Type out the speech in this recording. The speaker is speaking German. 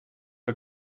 der